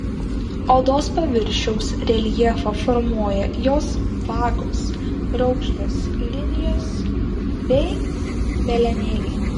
odos paviršiaus reljefą formuoja jos vagos raukšlės linijos bei velenėliai